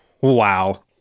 Wow